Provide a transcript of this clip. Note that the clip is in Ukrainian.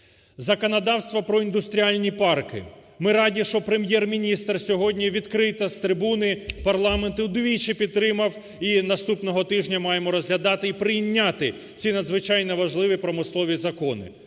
Законодавство про індустріальні парки. Ми раді, що Прем'єр-міністр сьогодні відкрито з трибуни парламенту двічі підтримав, і наступного тижня маємо розглядати і прийняти ці надзвичайно важливі промислові закони.